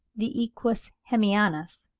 the equus hemionus,